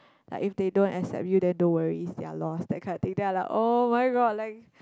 like if they don't accept you then don't worry it's their loss that kind of thing then I'm like oh-my-god like